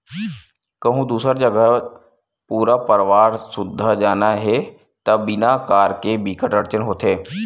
कहूँ दूसर जघा पूरा परवार सुद्धा जाना हे त बिना कार के बिकट अड़चन होथे